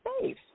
safe